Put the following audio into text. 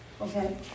okay